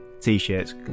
t-shirts